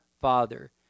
Father